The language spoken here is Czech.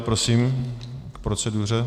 Prosím, k proceduře.